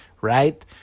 right